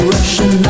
Russian